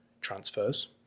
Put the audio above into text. transfers